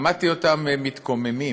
שמעתי אותם מתקוממים,